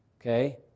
okay